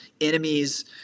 enemies